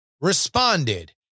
responded